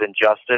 injustice